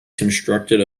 constructed